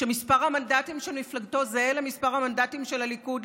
שמספר המנדטים של מפלגתו זהה למספר המנדטים של הליכוד,